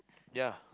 ya